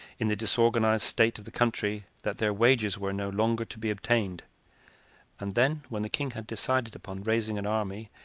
in the disorganized state of the country, that their wages were no longer to be obtained and then, when the king had decided upon raising an army,